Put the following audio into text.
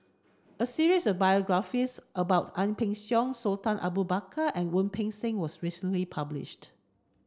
a series of biographies about Ang Peng Siong Sultan Abu Bakar and Wu Peng Seng was recently published